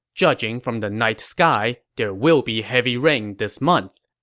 judging from the night sky, there will be heavy rain this month.